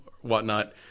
whatnot